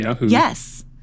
Yes